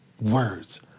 words